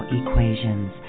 equations